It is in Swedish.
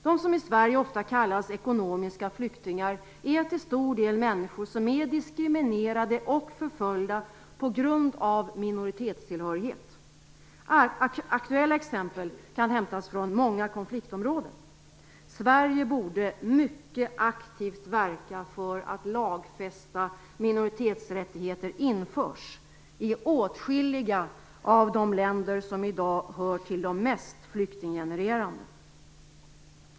De som i Sverige ofta kallas ekonomiska flyktingar är till stor del människor som är diskriminerade och förföljda på grund av minioritetstillhörighet. Akuella exempel kan hämtas från många konfliktområden. Sverige borde mycket aktivt verka för att lagfästa minoritetsrättigheter införs i åtskilliga av de länder som i dag hör till de mest flyktinggenerande.